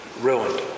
ruined